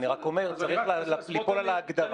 אני רק אומר, צריך ליפול על ההגדרה.